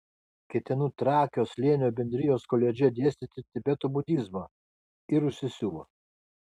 ketinu trakio slėnio bendrijos koledže dėstyti tibeto budizmą ir užsisiuvo